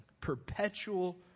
perpetual